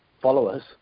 followers